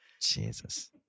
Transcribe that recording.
Jesus